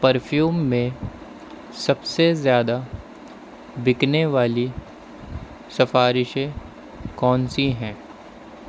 perfume میں سب سے زیادہ بکنے والی سفارشیں کون سی ہیں